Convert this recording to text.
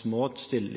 små